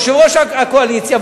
יושב-ראש הקואליציה,